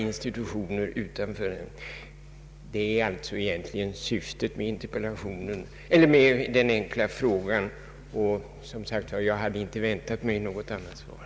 Detta är alltså egentligen syftet med den enkla frågan, och jag hade, som sagt, inte väntat mig något annat svar.